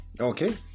okay